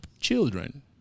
children